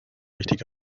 richtig